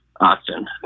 Austin